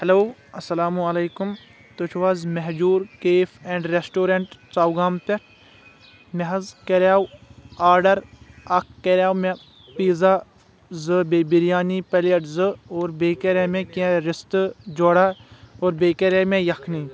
hello اسلامُ علیکم تُہۍ چھو حظ Mehjoor cafe and restaurant Sogam پٮ۪ٹھ مےٚ حظ کریاو آرڈر اکھ کریاو مےٚ پیٖزا زٕ بیٚیہِ بِریانی پلیٹ زٕ اور بیٚیہِ کرے مےٚ کینٛہہ رِستہٕ جورا اور بیٚیہِ کرے مےٚ یکھنی